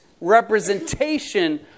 representation